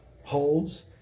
holds